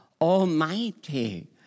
Almighty